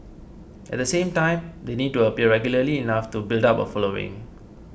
at the same time they need to appear regularly enough to build up a following